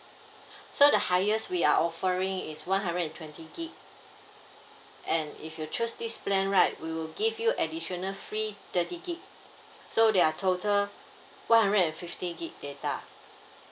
so the highest we are offering is one hundred and twenty G_B and if you choose this plan right we will give you additional free thirty G_B so there are total one hundred and fifty G_B data